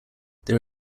there